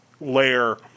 layer